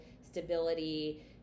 stability